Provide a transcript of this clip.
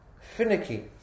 finicky